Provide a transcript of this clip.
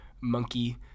monkey